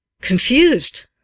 confused